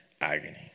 agony